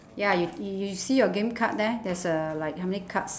ya you you you see your game card there there's uh like how many cards